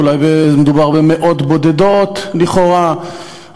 אולי מדובר במאות בודדות לכאורה,